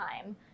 time